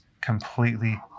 completely